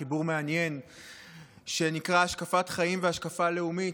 חיבור מעניין שנקרא "השקפת חיים והשקפה הלאומית",